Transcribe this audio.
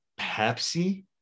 Pepsi